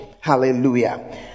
Hallelujah